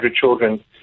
children